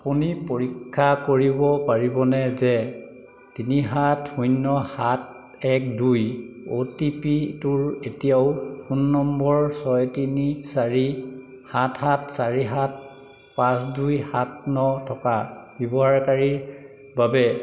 আপুনি পৰীক্ষা কৰিব পাৰিবনে যে তিনি সাত শূন্য সাত এক দুই অ'টিপিটো এতিয়াও ফোন নম্বৰ ছয় তিনি চাৰি সাত সাত চাৰি সাত পাঁচ দুই সাত ন থকা ব্যৱহাৰকাৰীৰ বাবে